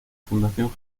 fundación